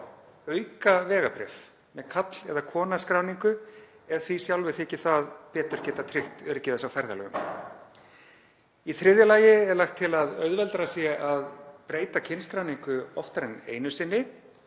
fengið aukavegabréf með karl- eða kvenskráningu ef því sjálfu þykir það betur geta tryggt öryggi þess á ferðalögum. Í þriðja lagi er lagt til að auðveldara verði að breyta kynskráningu oftar en einu sinni